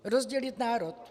Rozdělit národ.